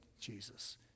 Jesus